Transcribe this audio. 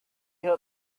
had